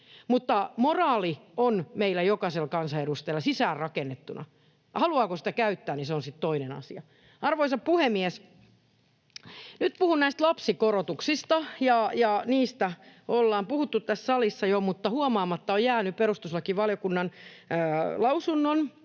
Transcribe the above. Mutta moraali on meillä jokaisella kansanedustajalla sisäänrakennettuna. Haluaako sitä käyttää, se on sitten toinen asia. Arvoisa puhemies! Nyt puhun näistä lapsikorotuksista. Niistä ollaan puhuttu tässä salissa jo, mutta huomaamatta on jäänyt perustuslakivaliokunnan lausunnon